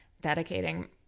dedicating